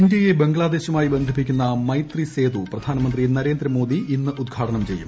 ഇന്തൃയെ ബംഗ്ലാദേശുമായി ബന്ധിപ്പിക്കുന്ന മൈത്രി സേതു പ്രധാനമന്ത്രി നരേന്ദ്ര മോദി ഇന്ന് ഉദ്ഘാടനം ചെയ്യും